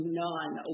none